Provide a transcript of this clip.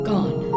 Gone